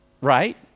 Right